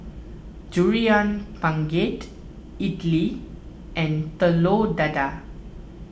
Durian Pengat Idly and Telur Dadah